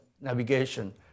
navigation